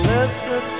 Listen